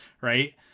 right